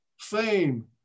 Fame